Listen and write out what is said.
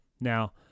Now